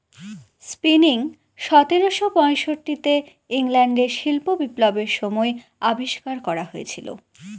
spinning সতেরোশো পয়ষট্টি তে ইংল্যান্ডে শিল্প বিপ্লবের সময় আবিষ্কার করা হয়েছিল